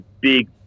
big